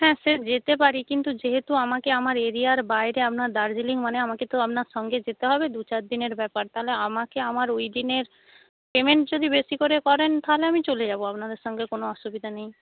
হ্যাঁ সে যেতে পারি কিন্তু যেহেতু আমাকে আমার এরিয়ার বাইরে আপনার দার্জিলিং মানে আমাকে তো আপনার সঙ্গে যেতে হবে দুচার দিনের ব্যাপার তাহলে আমাকে আমার ওইদিনের পেমেন্ট যদি বেশি করে করেন তাহলে আমি চলে যাব আপনাদের সঙ্গে কোনো অসুবিধা নেই